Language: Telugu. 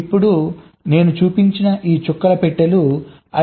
ఇప్పుడు నేను చూపించిన ఈ చుక్కల పెట్టెలు IEEE 1149